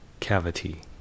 cavity